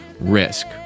risk